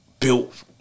Built